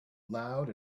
loud